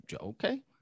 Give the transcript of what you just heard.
okay